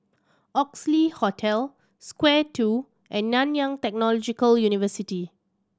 Oxley Hotel Square Two and Nanyang Technological University